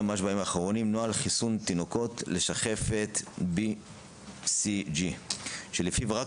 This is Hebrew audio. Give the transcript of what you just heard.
בימים האחרונים: נוהל חיסון תינוקות לשחפת מסוג BCG. נודע